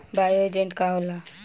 Bio agent का होखेला?